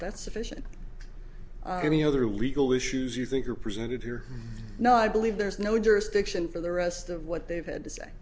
that's sufficient any other legal issues you think are presented here no i believe there's no jurisdiction for the rest of what they've had to say